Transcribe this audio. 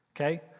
Okay